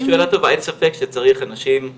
זאת שאלה טובה, אין ספק שצריך אנשים ייחודיים,